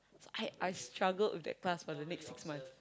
I I struggled with that class for the next six months